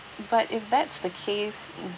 but if that's the case mm